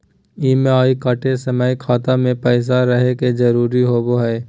EMI कटे समय खाता मे पैसा रहे के जरूरी होवो हई